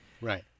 Right